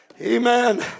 Amen